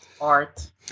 Art